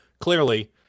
clearly